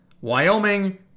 Wyoming